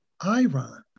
iron